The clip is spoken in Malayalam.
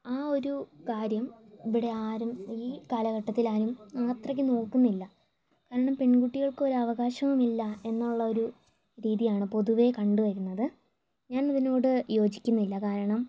ആ ഒരു കാര്യം ഇവിടെ ആരും ഈ കാലഘട്ടത്തിൽ ആരും അത്രയ്ക്ക് നോക്കുന്നില്ല കാരണം പെൺകുട്ടികൾക്ക് ഒരു അവകാശവുമില്ല എന്നുള്ള ഒരു രീതിയാണ് പൊതുവേ കണ്ടുവരുന്നത് ഞാൻ അതിനോട് യോജിക്കുന്നില്ല കാരണം